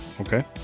Okay